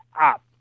up